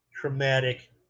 traumatic